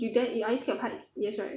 you dare are you scared of heights yes right